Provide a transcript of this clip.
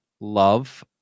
love